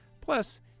Plus